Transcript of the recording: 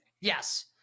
yes